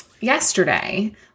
yesterday